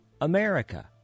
America